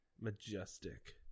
Majestic